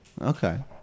Okay